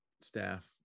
staff